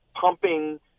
pumping